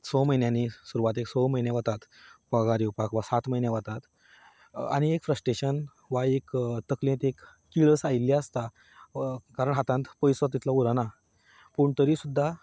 स म्हयन्यांनी सुरवातेक स म्हयने वतात पगार येवपाक वा सात म्हयने वतात आनी फ्रस्ट्रेशन वा एक तकलेंत एक किळस आयिल्ली आसता वो कारण हातांत पयसो तितलो उरना पूण तरी सुद्दां